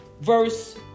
verse